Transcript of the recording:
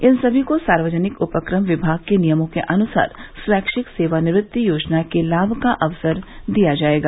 इन समी को सार्वजनिक उपक्रम विभाग के नियमों के अनुसार स्वैच्छिक सेवानिवृत्ति योजना के लाभ का अवसर दिया जाएगा